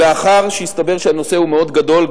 ולאחר שהסתבר שהנושא הוא מאוד גדול,